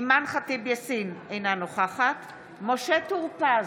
אימאן ח'טיב יאסין, אינה נוכחת משה טור פז,